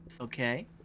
Okay